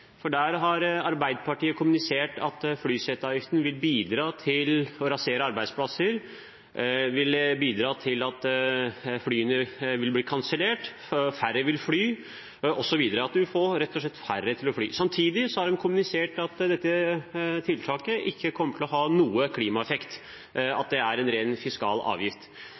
for der har Arbeiderpartiet kommunisert at flyseteavgiften vil bidra til å rasere arbeidsplasser, til at flyene blir kansellert, færre vil fly osv. – at en rett og slett får færre til å fly. Samtidig har de kommunisert at dette tiltaket ikke kommer til å ha noen klimaeffekt, at det er en ren fiskal avgift.